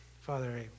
Father